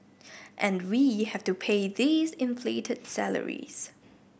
and we have to pay these inflated salaries